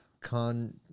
con